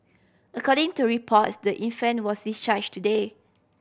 according to reports the infant was discharge today